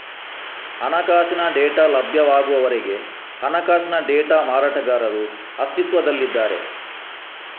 ಹಣಕಾಸಿನ ಡೇಟಾ ಲಭ್ಯವಾಗುವವರೆಗೆ ಹಣಕಾಸಿನ ಡೇಟಾ ಮಾರಾಟಗಾರರು ಅಸ್ತಿತ್ವದಲ್ಲಿದ್ದಾರೆ